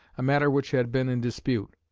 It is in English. a matter which had been in dispute.